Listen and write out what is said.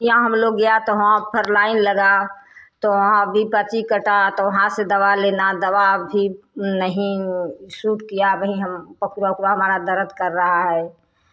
या हम लोग गया तो वहाँ पर लाइन लगा तो वहाँ भी पर्ची कटा तो वहाँ से दवा लेना दवा भी नहीं सूट किया अबहीं हम पखुरा ओखुरा हमारा दर्द कर रहा है